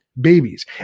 babies